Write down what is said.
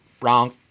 Wrong